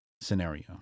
scenario